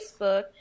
Facebook